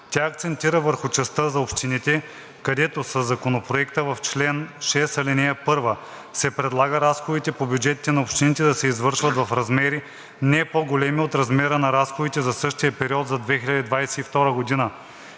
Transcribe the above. Тя акцентира върху частта за общините, където със Законопроекта в чл. 6, ал. 1 се предлага разходите по бюджетите на общините да се извършват в размери, не по-големи от размера на разходите за същия период на 2022 г.,